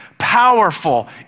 powerful